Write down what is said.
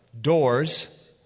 Doors